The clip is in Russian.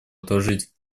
отложить